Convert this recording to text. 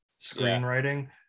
screenwriting